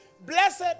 Blessed